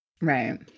Right